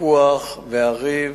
הוויכוח והריב